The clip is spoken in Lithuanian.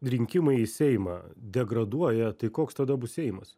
rinkimai į seimą degraduoja tai koks tada bus seimas